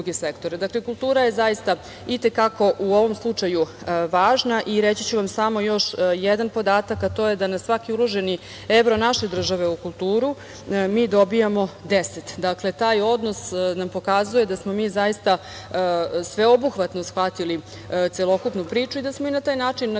kultura je zaista i te kako u ovom slučaju važna i reći ću vam samo još jedan podatak, a to je da na svaki uloženi evro naše države u kulturu mi dobijamo deset. Dakle, taj odnos nam pokazuje da smo mi zaista sveobuhvatno shvatili celokupnu priču i da smo na taj način, na kraju